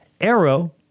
Arrow